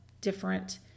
different